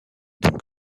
donc